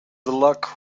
luck